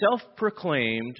self-proclaimed